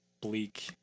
Bleak